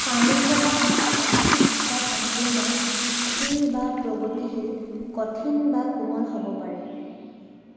ছানি পৰা আংশিক বা সম্পূৰ্ণ স্থিৰ বা প্ৰগতিশীল কঠিন বা কোমল হ'ব পাৰে